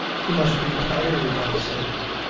you must be tired, i said.